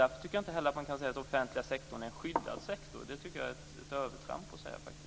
Därför kan man inte heller säga att den offentliga sektorn är en skyddad sektor. Det är ett övertramp att säga det.